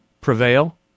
prevail